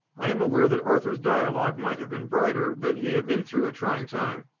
i am aware that arthur's dialogue might have been brighter, but he had been through a trying time.